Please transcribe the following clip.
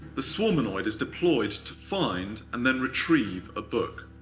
the swarmanoid is deployed to find and then retrieve a book.